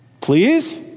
Please